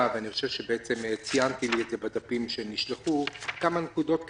ואני חושב שציינתי לי בדפים כמה נקודות קטנות: